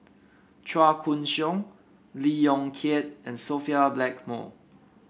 Chua Koon Siong Lee Yong Kiat and Sophia Blackmore